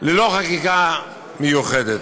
ללא חקיקה מיוחדת.